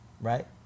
right